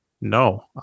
no